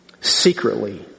secretly